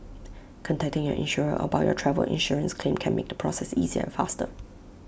contacting your insurer about your travel insurance claim can make the process easier and faster